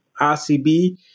RCB